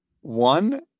one